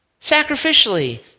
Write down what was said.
sacrificially